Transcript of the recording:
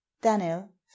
Daniel